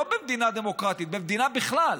לא במדינה דמוקרטית, במדינה בכלל.